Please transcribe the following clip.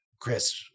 Chris